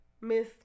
Miss